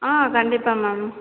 ஆ கண்டிப்பாக மேம்